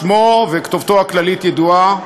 שמו וכתובתו הכללית ידועים.